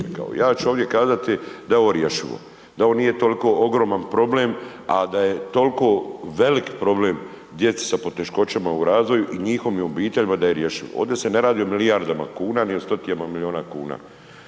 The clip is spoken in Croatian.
Ja ću ovdje kazati da je ovo rješivo, da ovo nije toliko ogroman problem, a da je toliko velik problem djeci sa poteškoćama u razvoju i njihovim obiteljima da je rješiv. Ovdje se ne radi o milijardama kuna, ni o stotinama miliona kuna,